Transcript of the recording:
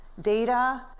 Data